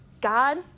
God